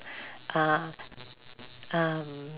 uh um